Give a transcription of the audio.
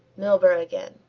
milburgh again!